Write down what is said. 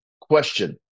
Question